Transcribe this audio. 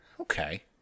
Okay